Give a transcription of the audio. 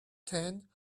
ten